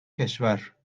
کشور